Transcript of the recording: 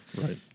Right